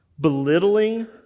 belittling